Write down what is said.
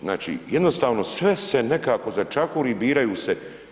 Znači jednostavno sve se nekako začahuri, biraju se.